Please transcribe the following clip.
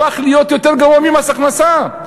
הפך להיות יותר גרוע ממס הכנסה.